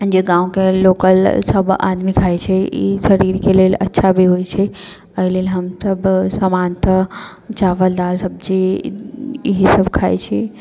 जे गाँवके लोकल सभ आदमी खाइ छै ई शरीरके लेल अच्छा भी होइ छै एहि लेल हम सभ सामान्यतः चावल दालि सब्जी यहि सभ खाइ छी